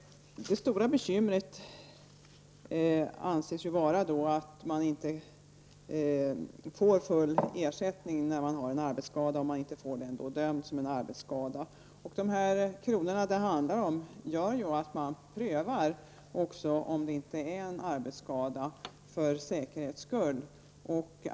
Det stora bekymret anses ju vara att man inte får full ersättning när man har en arbetsskada, om man inte får den bedömd som en arbetsskada. De kronor det handlar om gör att det också prövas om det inte är en arbetsskada, för säkerhets skull.